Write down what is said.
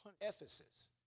Ephesus